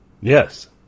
Yes